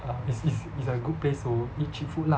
err is is is a good place to eat cheap food lah